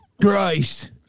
Christ